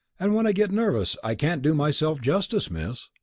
and when i gets nervous i can't do myself justice, miss.